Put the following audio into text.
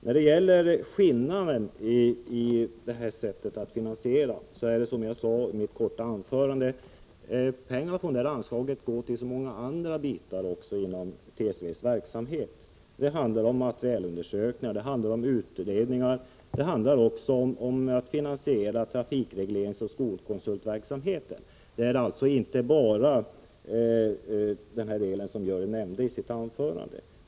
När det gäller skillnaden i sättet att finansiera sade jag redan i mitt korta anförande att pengar från detta anslag går till så många andra bitar inom TSV:s verksamhet än det som Görel Bohlin nämnde. Det handlar om materielundersökningar, om utredningar, om att finansiera trafikregleringsoch skolkonsultverksamhet. Det gäller som sagt inte bara den del som Görel Bohlin nämnde i sitt anförande.